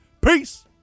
Peace